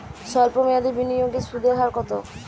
সল্প মেয়াদি বিনিয়োগে সুদের হার কত?